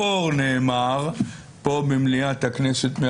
נאמר פה במליאת הכנסת: